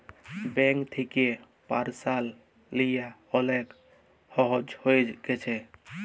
bank থ্যাকে পারসলাল লিয়া অলেক ছহজ হঁয়ে গ্যাছে